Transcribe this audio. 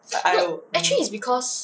like I will um